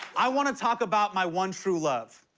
i want to talk about my one true love.